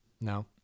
No